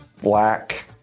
black